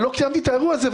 אני לא קיימתי את האירוע הזה,